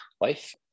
life